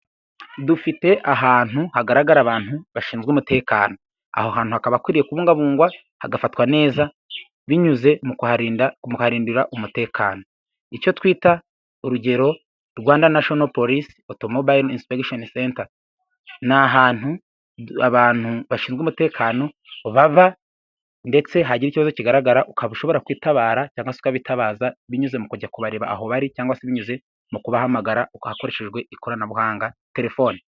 Dufite ahantu hagaragara abantu bashinzwe umutekano. Aho hantu hakaba hakwiye kubungabungwa hagafatwa neza binyuze mu kuharirindira umutekano icyo twita urugero Rwanda National Police, otomobore insipegishoni senta ni ahantu abantu bashinzwe umutekano babav ndetse hagira ikibazo kigaragara ukaba ushobora kwitabara bitabaza binyuze mu kujya kubareba aho bari cyangwa se binyuze mu kubahamagara uko hakoreshejwe ikoranabuhanga telefoni.